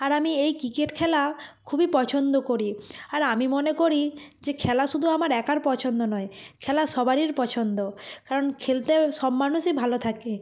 আর আমি এই ক্রিকেট খেলা খুবই পছন্দ করি আর আমি মনে করি যে খেলা শুধু আমার একার পছন্দ নয় খেলা সবারই পছন্দ কারণ খেলতে সব মানুষই ভালো থাকে